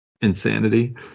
insanity